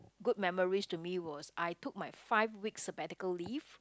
good memories to me was I took my five weeks sabbatical leave